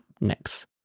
next